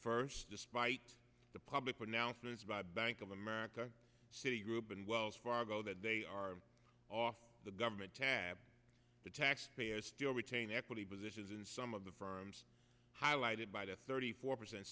first despite the public pronouncements by bank of america citigroup and wells fargo that they are off the government tab the taxpayer still retain equity positions in some of the firms highlighted by the thirty four percent